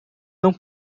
não